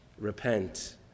repent